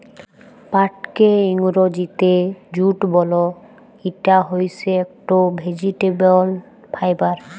পাটকে ইংরজিতে জুট বল, ইটা হইসে একট ভেজিটেবল ফাইবার